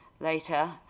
Later